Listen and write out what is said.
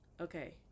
okay